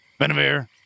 Benavir